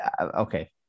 Okay